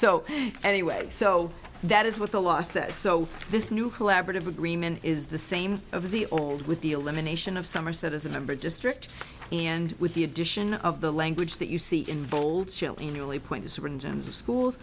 so anyway so that is what the law says so this new collaborative agreement is the same of the old with the elimination of somerset as a member district and with the addition of the language that you see